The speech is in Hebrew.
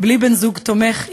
בלי בן-זוג תומך,